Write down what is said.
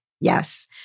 Yes